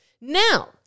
Now